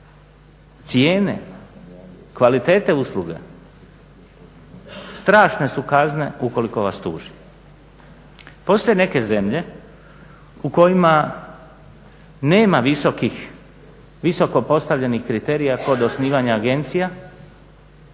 cijene, kvalitete usluge, strašne su kazne ukoliko vas tuži. Postoje neke zemlje u kojima nema visoko postavljenih kriterija kod osnivanja agencija